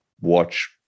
watch